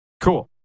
Cool